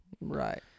Right